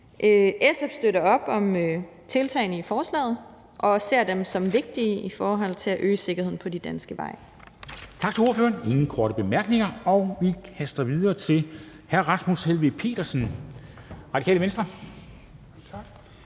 SF støtter op om tiltagene i forslaget og ser dem som vigtige i forhold til at øge sikkerheden på de danske veje.